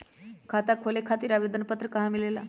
खाता खोले खातीर आवेदन पत्र कहा मिलेला?